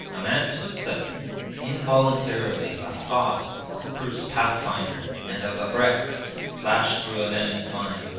a man's footstep involuntarily a thought of cooper's pathfinder and of abreks flashed through olenin's mind,